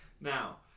Now